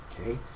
Okay